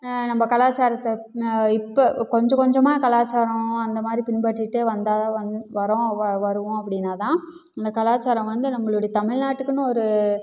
நம்ம கலாச்சாரத்தை இப்போ கொஞ்சம் கொஞ்சமாக கலாச்சாரம் அந்த மாதிரி பின்பற்றிகிட்டே வந்தால்தான் வரோம் வருவோம் அப்படின்னாதான் இந்த கலாச்சாரம் வந்து நம்மளுடைய தமிழ்நாட்டுக்குன்னு ஒரு